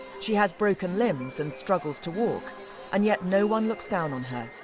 she has broken limbs and struggles to walk and yet no-one looks down on her.